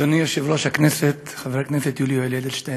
אדוני יושב-ראש הכנסת חבר הכנסת יולי יואל אדלשטיין,